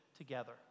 Together